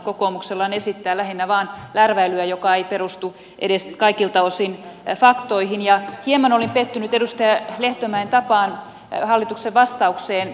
kokoomuksella on esittää lähinnä vain lärväilyä joka ei edes perustu kaikilta osin faktoihin ja hieman olin pettynyt edustaja lehtomäen tapaan hallituksen vastaukseen